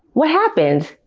what happened?